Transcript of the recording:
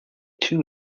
too